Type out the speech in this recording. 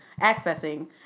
accessing